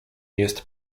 jest